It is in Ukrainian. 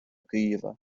києва